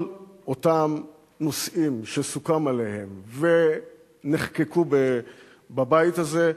כל אותם נושאים שסוכם עליהם ונחקקו בבית הזה,